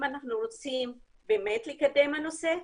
אם אנחנו רוצים באמת לקדם את הנושא,